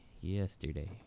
yesterday